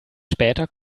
später